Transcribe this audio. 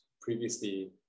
previously